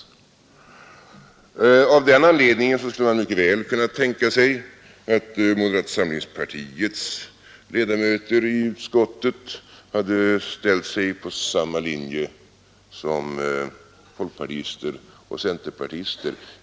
Av den anledningen skulle man mycket väl ha kunnat tänka sig att moderata samlingspartiets ledamöter i utskottet hade ställt sig på samma linje som folkpartister och centerpartister.